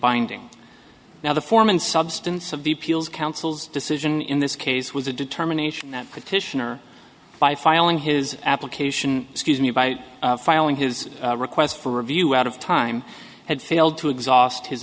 binding now the form and substance of the peals council's decision in this case was a determination that petitioner by filing his application excuse me by filing his request for review out of time had failed to exhaust his